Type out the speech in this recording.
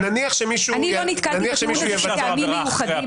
אני לא נתקלתי בטיעון הזה מטעמים מיוחדים